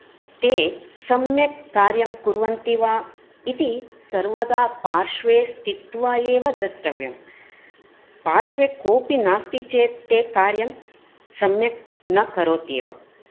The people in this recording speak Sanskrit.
ते सम्यक् कार्यं कुर्वन्ति वा इति सर्वदा पार्श्वे स्थित्वा एव द्रष्टव्यम् पार्श्वे कोऽपि नास्ति चेत् ते कार्यं सम्यक् न करोति एव